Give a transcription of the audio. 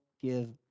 give